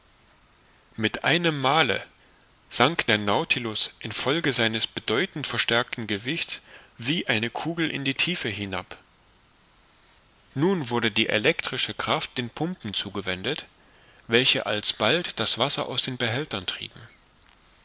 mit einem male sank der nautilus in folge seines bedeutend verstärkten gewichts wie eine kugel in die tiefe hinab nun wurde die elektrische kraft den pumpen zugewendet welche alsbald das wasser aus den behältern trieben